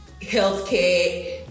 healthcare